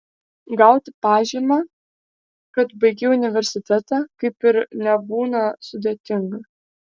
gauti pažymą kad baigei universitetą kaip ir nebūna sudėtinga